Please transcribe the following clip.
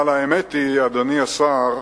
אבל האמת היא, אדוני השר,